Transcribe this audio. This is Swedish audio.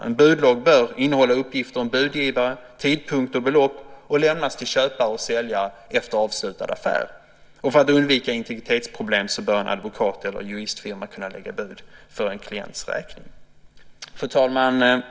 En budlogg bör innehålla uppgifter om budgivare, tidpunkter och belopp och lämnas till köpare och säljare efter avslutad affär. För undvikande av integritetsproblem bör en advokat eller juristfirma kunna lägga bud för en klients räkning. Fru talman!